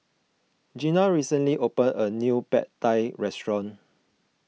Jeanna recently opened a new Pad Thai restaurant